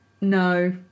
No